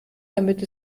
damit